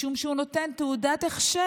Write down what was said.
משום שהוא נותן תעודת הכשר.